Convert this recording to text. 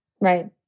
Right